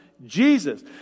Jesus